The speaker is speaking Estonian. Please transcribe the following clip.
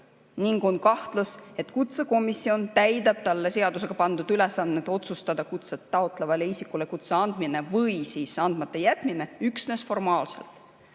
ning on kahtlus, et kutsekomisjon täidab talle seadusega pandud ülesannet otsustada kutset taotlevale isikule kutse andmine või andmata jätmine üksnes formaalselt.